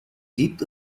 gibt